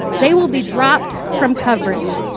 they will be dropped from coverage.